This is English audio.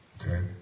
Okay